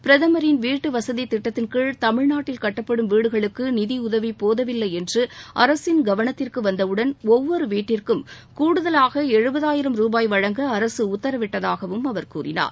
பிரதமரின் வீட்டுவசதி திட்டத்தின்கீழ் தமிழ்நாட்டில் கட்டப்படும் வீடுகளுக்கு நிதியுதவி போதவில்லை என்று அரசின் கவனத்திற்கு வந்தவுடன் ஒவ்வொரு வீட்டிற்கும் கூடுதலாக எழுபதாயிரம் ரூபாய் வழங்க அரசு உத்தரவிட்டதாகவும் அவர் கூறினார்